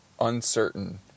uncertain